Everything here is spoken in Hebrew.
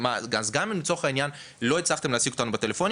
אז גם אם לא הצלחתם להשיג אותנו בטלפון,